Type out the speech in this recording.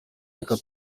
reka